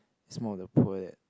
is more of the poor that